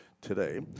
today